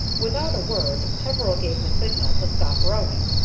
without a word peveril gave the signal to stop rowing,